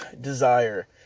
desire